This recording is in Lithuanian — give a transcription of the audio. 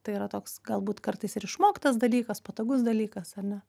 tai yra toks galbūt kartais ir išmoktas dalykas patogus dalykas ar ne